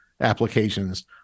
applications